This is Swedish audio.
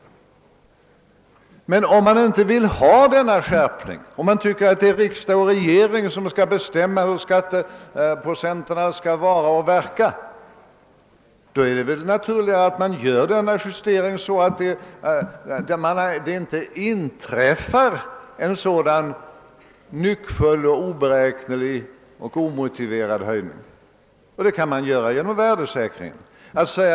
Men om man inte vill ha denna automatiska skärpning, om man tycker att det är riksdag och regering som skall bestämma hur skatteprocenterna skall vara och verka, då är det väl naturligare att man gör en sådan justering att det inte inträffar någon nyckfull och oberäknelig och omotiverad höjning. Och det kan man åstadkomma genom en värdesäkring av lämpligt slag.